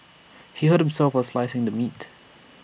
he hurt himself while slicing the meat